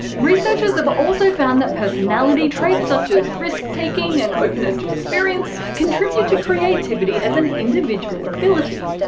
researchers have also found that personality traits such as risk taking and openness to experience contribute to creativity as an individual ability.